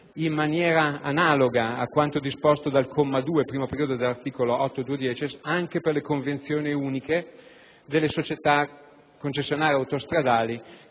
in maniera analoga a quanto disposto dal comma 2, primo periodo, dell'articolo 8-*duodecies* anche le Convenzioni Uniche delle società concessionarie autostradali